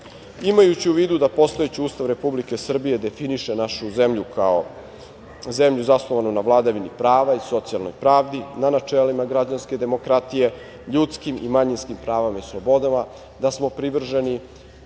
životu. Imajući u vidu da postojeći Ustav Republike Srbije definiše našu zemlju kao zemlju zasnovanu na vladavini prava i socijalnoj pravdi, na načelima građanske demokratije, ljudskim i manjinskim pravima i slobodama, da smo privrženi